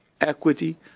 equity